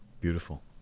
beautiful